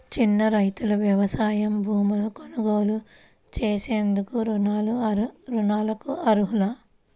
చిన్న రైతులు వ్యవసాయ భూములు కొనుగోలు చేసేందుకు రుణాలకు అర్హులా?